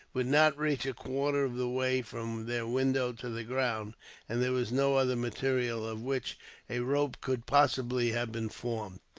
would not reach a quarter of the way from their window to the ground and there was no other material of which a rope could possibly have been formed.